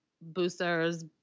boosters